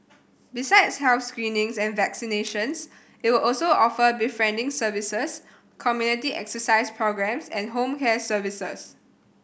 besides health screenings and vaccinations it will also offer befriending services community exercise programmes and home care services